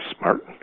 smart